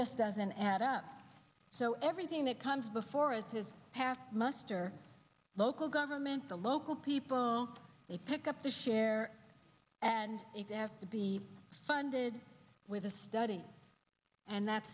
just doesn't add up so everything that comes before it does pass muster local government the local people they pick up their share and if they have to be funded with a study and that